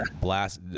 blast